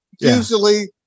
Usually